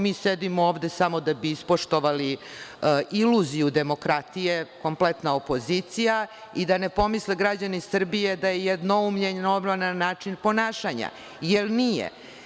Mi sedimo ovde samo da bi ispoštovali iluziju demokratije, kompletna opozicija, i da ne pomisle građani Srbije da je jednoumlje normalan način ponašanja, jer nije.